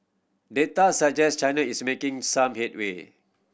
Data suggest China is making some headway